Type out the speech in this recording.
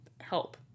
help